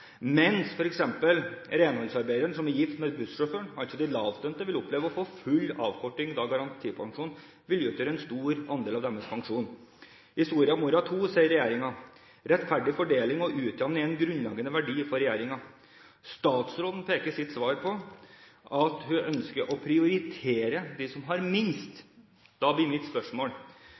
renholdsarbeideren som er gift med bussjåføren – altså de lavtlønte – vil oppleve å få full avkorting ettersom garantipensjonen vil utgjøre en stor andel av deres pensjon. I Soria Moria 2 sier regjeringen: «Rettferdig fordeling og utjamning er grunnleggende verdier for regjeringen.» Statsråden peker i sitt svar på at hun ønsker å prioritere dem som har minst. Da blir mitt spørsmål: